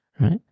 right